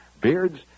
beards